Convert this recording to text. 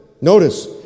Notice